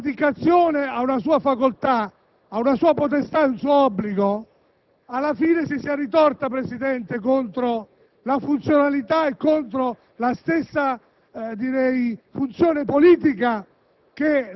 questa abdicazione a una sua facoltà, a una sua potestà e a un suo obbligo alla fine si sia ritorta, Presidente, contro la funzionalità e contro la stessa funzione politica